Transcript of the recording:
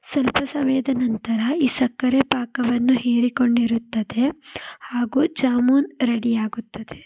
ಸ್ವಲ್ಪ ಸಮಯದ ನಂತರ ಈ ಸಕ್ಕರೆಯ ಪಾಕವನ್ನು ಹೀರಿಕೊಂಡಿರುತ್ತದೆ ಹಾಗೂ ಜಾಮೂನ್ ರೆಡಿಯಾಗುತ್ತದೆ